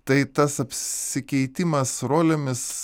tai tas apsikeitimas rolėmis